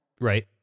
right